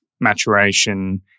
maturation